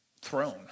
throne